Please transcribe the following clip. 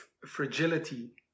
fragility